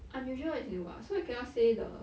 unusual as in what so I cannot say the